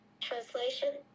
translation